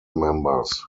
members